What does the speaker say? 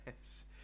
yes